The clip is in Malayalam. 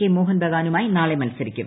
കെ മോഹൻ ബഗാനുമായി നാളെ മത്സരിക്കും